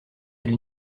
elle